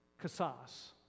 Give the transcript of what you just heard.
Casas